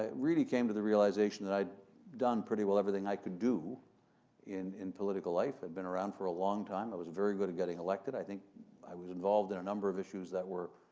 ah really came to the realization that i'd done pretty well everything i could do in in political life. i'd been around for a long time. i was very good at getting elected. i think i was involved in a number of issues that were,